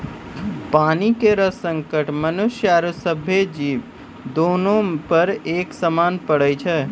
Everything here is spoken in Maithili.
पानी केरो संकट मनुष्य आरो सभ्भे जीवो, दोनों पर एक समान पड़ै छै?